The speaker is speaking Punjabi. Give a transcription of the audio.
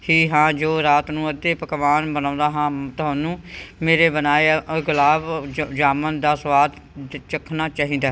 ਹੀ ਹਾਂ ਜੋ ਰਾਤ ਨੂੰ ਅੱਧੇ ਪਕਵਾਨ ਬਣਾਉਂਦਾ ਹਾਂ ਤੁਹਾਨੂੰ ਮੇਰੇ ਬਣਾਏ ਅ ਗੁਲਾਬ ਜ ਜਾਮੁਨ ਦਾ ਸਵਾਦ ਚੱਖਣਾ ਚਾਹੀਦਾ